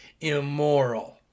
immoral